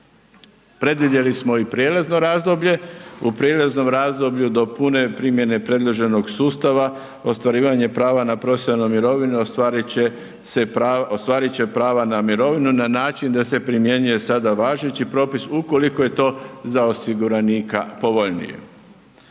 Predvidjeli smo i prijelazno razdoblje, u prijelaznom razdoblju do pune primjene predloženog sustava ostvarivanje prava na profesionalnu mirovinu ostvarit će se, ostvarit će prava na mirovinu na način da se primjenjuje sada važeći propis ukoliko je to za osiguranika povoljnije.